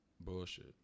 Bullshit